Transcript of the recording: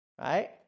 Right